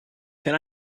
can